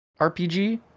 RPG